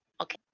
Okay